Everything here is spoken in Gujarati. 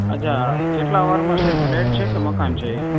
અચ્છા કેટલા વારમાં સાહેબ ફ્લેટ છે કે મકાન છે એ